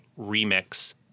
remix